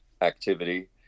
activity